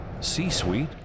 C-suite